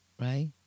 right